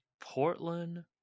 Portland